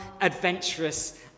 adventurous